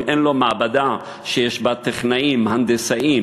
אם אין לו מעבדה שיש בה טכנאים, הנדסאים